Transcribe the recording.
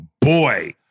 boy